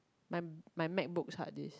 my my mac book's hard disk